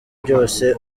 byose